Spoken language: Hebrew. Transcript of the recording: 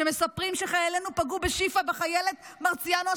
כשמספרים שחיילינו פגעו בשיפא בחיילת מרציאנו,